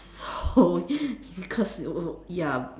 so you cause uh uh ya